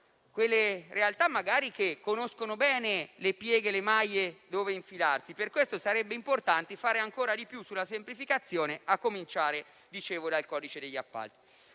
quelle realtà che sanno dove infilarsi. Per questo sarebbe importante fare ancora di più sulla semplificazione, a cominciare dal codice degli appalti.